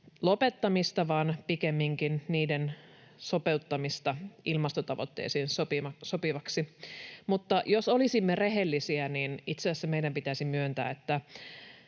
lopettamista vaan pikemminkin niiden sopeuttamista ilmastotavoitteisiin sopiviksi. Jos olisimme rehellisiä, niin itse asiassa meidän pitäisi myöntää,